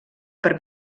per